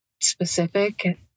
specific